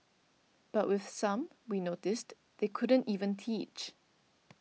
but with some we noticed they couldn't even teach